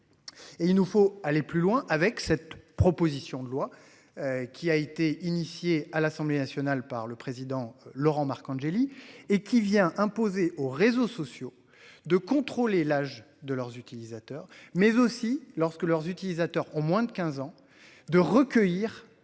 il nous faut aller plus loin avec cette proposition de loi. Qui a été initié à l'Assemblée nationale par le président Laurent Marcangeli et qui vient imposer aux réseaux sociaux de contrôler l'âge de leurs utilisateurs, mais aussi lorsque leurs utilisateurs ont moins de 15 ans de recueillir